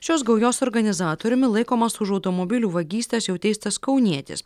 šios gaujos organizatoriumi laikomas už automobilių vagystes jau teistas kaunietis